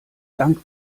dank